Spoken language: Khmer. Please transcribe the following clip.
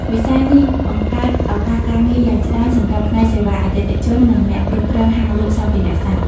វិស័យនេះបង្កើតឱកាសការងារយ៉ាងច្រើនសម្រាប់ផ្នែកសេវាអតិថិជន និងអ្នកគ្រប់គ្រងហាងលក់សម្ភារៈសត្វ។